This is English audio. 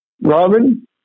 Robin